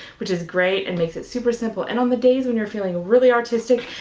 which is great and makes it super simple. and on the days when you're feeling really artistic,